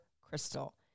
crystal